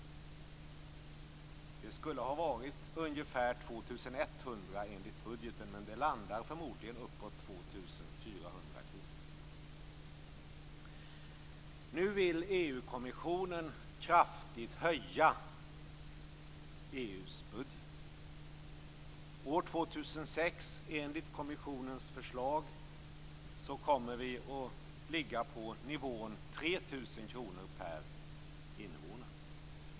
Det skulle ha varit ungefär 2 100 enligt budgeten, men det landar förmodligen på uppemot 2 400 kr. Nu vill EU-kommissionen kraftigt höja EU:s budget. År 2006 kommer vi enligt kommissionens förslag att ligga på nivån 3 000 kr per invånare.